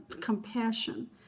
compassion